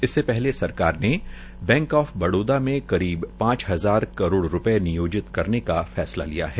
इससे पहले सरकार ने बैंक आफ बड़ोदा में करीब पांच हजार करोड़ नियोजित करने या फैसला लिया है